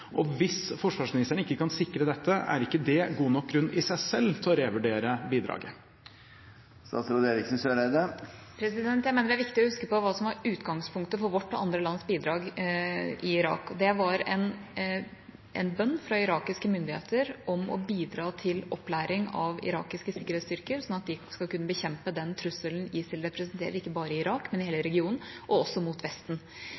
Hvis forsvarsministeren ikke kan sikre dette, er ikke det god nok grunn i seg selv til å revurdere bidraget? Jeg mener det er viktig å huske på hva som var utgangspunktet for vårt og andre lands bidrag i Irak. Det var en bønn fra irakiske myndigheter om å bidra til opplæring av irakiske sikkerhetsstyrker, sånn at de skal kunne bekjempe den trusselen ISIL representerer ikke bare i Irak, men i hele regionen, og også mot Vesten.